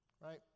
Right